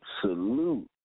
Salute